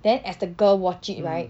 then as the girl watch it right